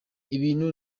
ibintu